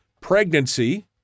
pregnancy